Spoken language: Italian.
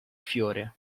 fiore